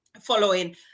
following